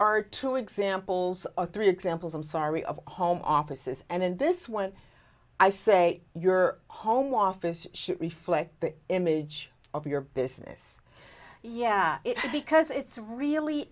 are two examples of three examples i'm sorry of home offices and in this one i say your home office should reflect the image of your business yeah because it's really